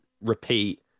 repeat